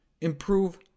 improve